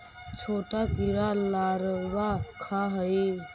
छोटा कीड़ा लारवा खाऽ हइ